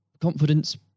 confidence